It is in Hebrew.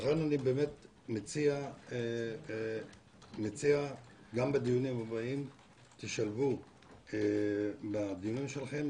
לכן אני מציע שגם בדיונים הבאים תשלבו בדיונים שלכם,